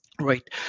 Right